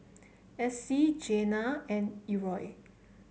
Essie Jenna and Errol